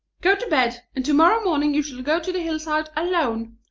go to bed, and to-morrow morning you shall go to the hillside alone.